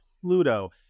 Pluto